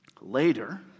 later